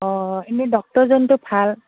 অঁ এনেই ডক্তৰজনটো ভাল